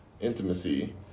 intimacy